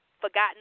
forgotten